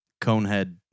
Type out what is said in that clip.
Conehead